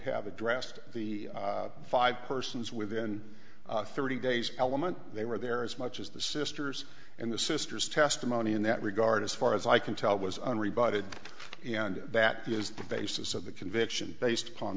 have addressed the five persons within thirty days element they were there as much as the sisters and the sister's testimony in that regard as far as i can tell was an rebutted and that is the basis of the conviction based upon